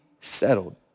settled